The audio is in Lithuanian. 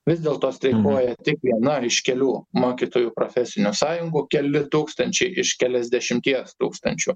vis dėlto streikuoja tik viena iš kelių mokytojų profesinių sąjungų keli tūkstančiai iš keliasdešimties tūkstančių